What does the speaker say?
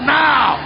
now